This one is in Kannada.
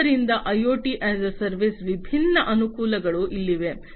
ಆದ್ದರಿಂದ ಐಒಟಿ ಯಾಸ್ ಎ ಸೇವೆಯ ವಿಭಿನ್ನ ಅನುಕೂಲಗಳು ಇಲ್ಲಿವೆ